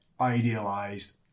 idealized